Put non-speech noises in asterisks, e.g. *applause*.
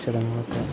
*unintelligible*